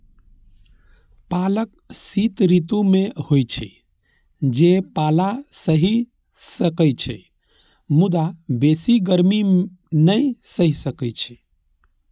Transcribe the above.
पालक शीत ऋतु मे होइ छै, जे पाला सहि सकै छै, मुदा बेसी गर्मी नै सहि सकै छै